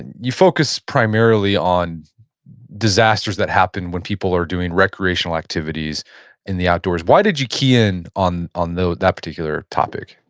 you focus primarily on disasters that happen when people are doing recreational activities in the outdoors. why did you key in on on that particular topic?